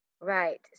Right